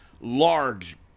large